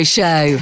Show